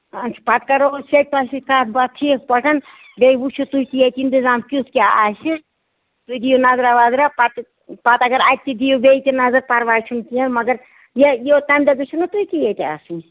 اَچھا پَتہٕ کرو أسۍ ییٚتہِ تۄہہِ سۭتۍ کَتھ باتھ ٹھیٖک پٲٹھۍ بیٚیہِ وٕچھِو تُہۍ ییٚتہِ اِنتِظام کیُتھ کیاہ آسہِ تُہۍ دِیو نَظرا وَظرا پَتہٕ پتہٕ اَگر اتہِ تہِ دِیو بیٚیہِ تہِ نظر پَرواے چھُنہٕ کیٚنہہ مَگر تَمہِ دۄہ گژھِو نہ تُہۍ تہِ ییٚتہِ آسٕنۍ